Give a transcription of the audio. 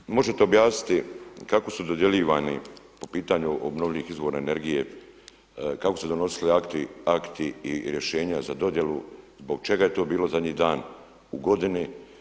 Da li možete objasniti kako su dodjeljivani po pitanju obnovljivih izvora energije, kako su se donosili akti i rješenja za dodjelu, zbog čega je to bilo zadnji dan u godini?